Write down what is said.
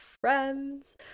friends